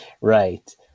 Right